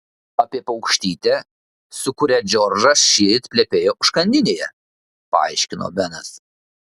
apie paukštytę su kuria džordžas šįryt plepėjo užkandinėje paaiškino benas